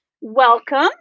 welcome